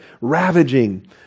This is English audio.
ravaging